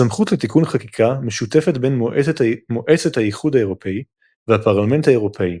הסמכות לתיקון חקיקה משותפת בין מועצת האיחוד האירופי והפרלמנט האירופי,